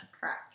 Correct